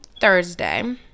Thursday